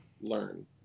learn